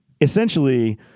essentially